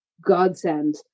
godsend